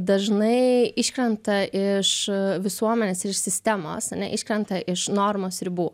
dažnai iškrenta iš visuomenės ir iš sistemos ane iškrenta iš normos ribų